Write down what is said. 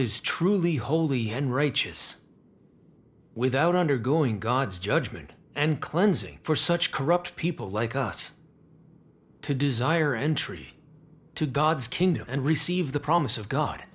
is truly holy and righteous without undergoing god's judgement and cleansing for such corrupt people like us to desire entry to god's kingdom and receive the promise of god